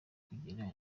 kugera